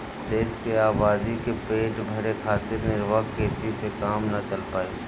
देश के आबादी क पेट भरे खातिर निर्वाह खेती से काम ना चल पाई